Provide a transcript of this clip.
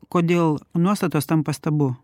kodėl nuostatos tampa stabu